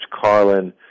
Carlin